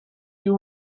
you